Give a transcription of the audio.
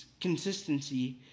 consistency